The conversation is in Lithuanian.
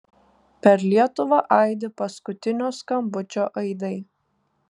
per lietuvą aidi paskutinio skambučio aidai